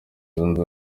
zunze